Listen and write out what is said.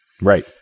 Right